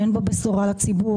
שאין בו בשורה לציבור,